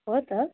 हो त